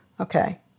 Okay